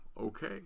okay